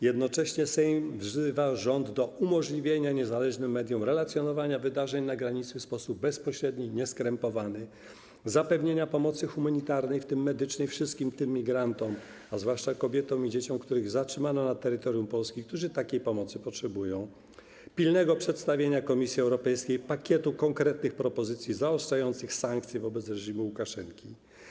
Jednocześnie Sejm wzywa rząd do: umożliwienia niezależnym mediom relacjonowania wydarzeń na granicy w sposób bezpośredni i nieskrępowany, zapewnienia pomocy humanitarnej, w tym medycznej, wszystkim tym migrantom, a zwłaszcza kobietom i dzieciom, których zatrzymano na terytorium Polski, którzy takiej pomocy potrzebują, pilnego przedstawienia Komisji Europejskiej pakietu konkretnych propozycji zaostrzających sankcje wobec reżimu Łukaszenki.